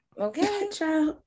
Okay